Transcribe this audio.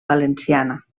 valenciana